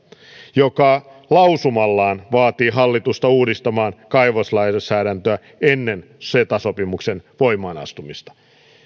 joka lausumallaan vaatii hallitusta uudistamaan kaivoslainsäädäntöä ennen ceta sopimuksen voimaan astumista